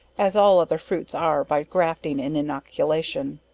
as all other fruits are by grafting and innoculation.